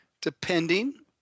depending